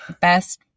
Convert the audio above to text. Best